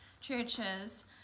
churches